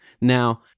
Now